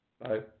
Bye